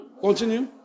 Continue